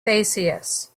theseus